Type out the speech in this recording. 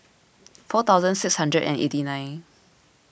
four thousand six hundred and eighty nine